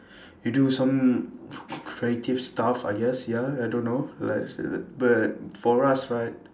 you do some creative stuff I guessed ya I don't know like I said but for us right